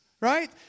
right